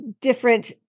different